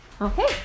okay